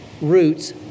roots